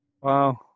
Wow